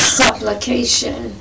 supplication